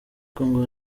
congo